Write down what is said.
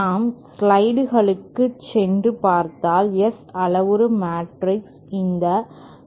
நம் ஸ்லைடுகளுக்குச் சென்று பார்த்தால் S அளவுரு மேட்ரிக்ஸ் இந்த மேட்ரிக்ஸால் வழங்கப்படுகிறது